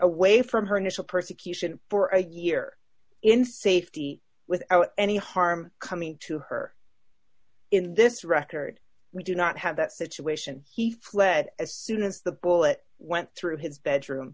away from her initial persecution for a year in safety without any harm coming to her in this record we do not have that situation he fled as soon as the bullet went through his bedroom